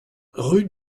rue